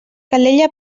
calella